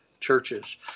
churches